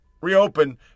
reopen